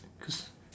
cause